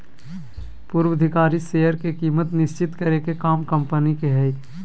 पूर्वधिकारी शेयर के कीमत निश्चित करे के काम कम्पनी के हय